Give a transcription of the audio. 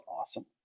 awesome